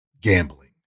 gambling